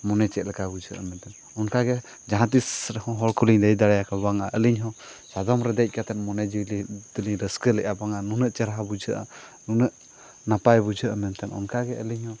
ᱢᱚᱱᱮ ᱪᱮᱫ ᱞᱮᱠᱟ ᱵᱩᱡᱷᱟᱹᱜᱼᱟ ᱢᱮᱱᱛᱮ ᱚᱱᱠᱟᱜᱮ ᱡᱟᱦᱟᱸ ᱛᱤᱥ ᱨᱮᱦᱚᱸ ᱦᱚᱲ ᱠᱚᱞᱤᱧ ᱞᱟᱹᱭ ᱫᱟᱲᱮ ᱟᱠᱚᱣᱟ ᱵᱟᱝᱟ ᱟᱹᱞᱤᱧ ᱦᱚᱸ ᱥᱟᱫᱚᱢ ᱨᱮ ᱫᱮᱡ ᱠᱟᱛᱮᱫ ᱢᱚᱱᱮ ᱡᱤᱣᱤ ᱫᱚᱞᱤᱧ ᱨᱟᱹᱥᱠᱟᱹ ᱞᱮᱜᱼᱟ ᱵᱟᱝᱟ ᱱᱩᱱᱟᱹᱜ ᱪᱮᱦᱨᱟ ᱵᱩᱡᱷᱟᱹᱜᱼᱟ ᱱᱩᱱᱟᱹᱜ ᱱᱟᱯᱟᱭ ᱵᱩᱡᱷᱟᱹᱜᱼᱟ ᱢᱮᱱᱛᱮ ᱚᱱᱠᱟ ᱜᱮ ᱟᱹᱞᱤᱧ ᱦᱚᱸ